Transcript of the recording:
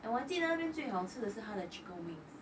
and 我记得那边最好吃的是他的 chicken wings